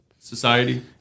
society